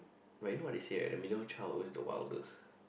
but you know what to say right the middle chaos to wildest